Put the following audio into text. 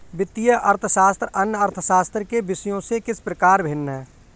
वित्तीय अर्थशास्त्र अन्य अर्थशास्त्र के विषयों से किस प्रकार भिन्न है?